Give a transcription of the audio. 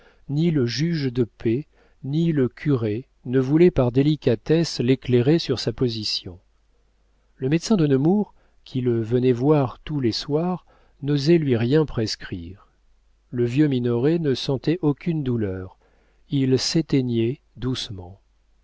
ni le juge de paix ni le curé ne voulaient par délicatesse l'éclairer sur sa position le médecin de nemours qui le venait voir tous les soirs n'osait lui rien prescrire le vieux minoret ne sentait aucune douleur il s'éteignait doucement